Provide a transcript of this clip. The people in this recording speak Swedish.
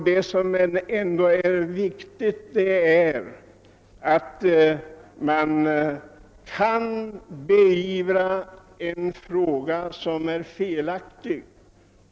Det är emellertid ändå viktigt att angripa ett förhållande som är felaktigt.